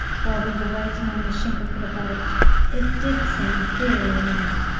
while we were waiting on the shingle for the boat it did seem very remote.